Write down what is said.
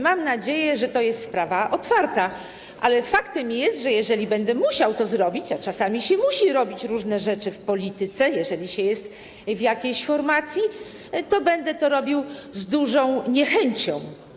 Mam nadzieję, że to jest sprawa otwarta, ale faktem jest, że jeżeli będę musiał to zrobić, a czasami musi się robić różne rzeczy w polityce, jeżeli się jest w jakiejś formacji, to będę to robił z dużą niechęcią.